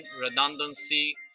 redundancy